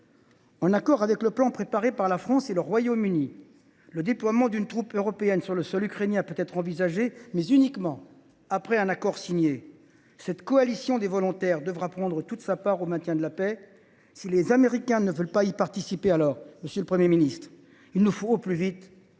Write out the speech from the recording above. Conformément au plan préparé par la France et le Royaume Uni, le déploiement d’une troupe européenne sur le sol ukrainien peut être envisagé, mais uniquement après un accord signé. Cette « coalition de volontaires » devra prendre toute sa part au maintien de la paix. Si les Américains ne veulent pas y participer, alors il nous faudra élaborer